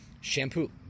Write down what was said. Shampoo